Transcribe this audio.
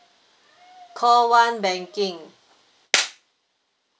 call one banking